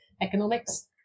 economics